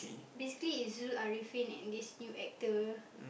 basically it's Zul-Ariffin and this new actor